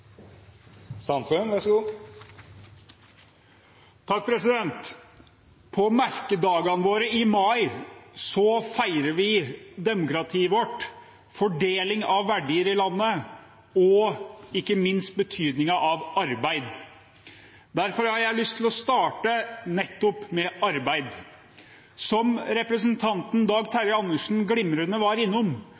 På merkedagene i mai feirer vi demokratiet vårt, fordeling av verdier i landet og ikke minst betydningen av arbeid. Derfor har jeg lyst til å starte nettopp med arbeid. Som representanten Dag Terje Andersen så glimrende var innom,